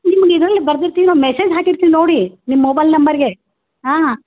ನಿಮ್ಗೆ ಇದರಲ್ಲಿ ಬರ್ದಿರ್ತೀವಿ ಮೆಸೇಜ್ ಹಾಕಿರ್ತೀವಿ ನೋಡಿ ನಿಮ್ಮ ಮೊಬೈಲ್ ನಂಬರಿಗೆ ಹಾಂ